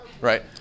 right